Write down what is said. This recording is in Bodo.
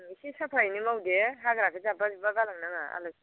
एसे साफायैनो मावदे हाग्राखौ जाब्बा जुब्बा गालांनाङा